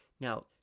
Now